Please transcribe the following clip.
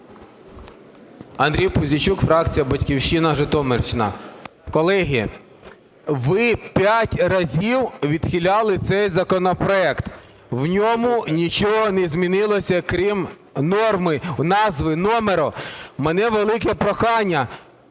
Андрій Пузійчук, фракція "Батьківщина", Житомирщина. Колеги, ви п'ять разів відхиляли цей законопроект, в ньому нічого не змінилося, крім норми, назви і номеру. У мене велике прохання